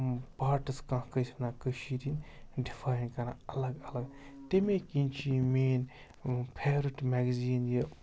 پاٹٕس کانٛہہ کٲنٛسہِ وَنان کٔشیٖر ہِنٛدۍ ڈِفاین کَران الگ الگ تمے کِنۍ چھِ یہِ میٲنۍ فیورِٹ میگزیٖن یہِ